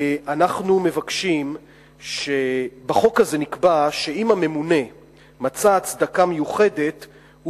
אנחנו מבקשים שבחוק הזה נקבע שאם הממונה מצא הצדקה מיוחדת,